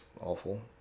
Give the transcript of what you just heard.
awful